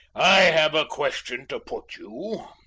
i have a question to put you,